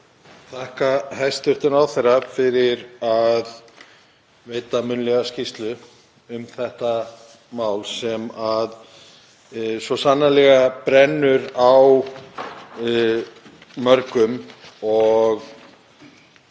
þakka hæstv. ráðherra fyrir að veita munnlega skýrslu um þetta mál sem svo sannarlega brennur á mörgum.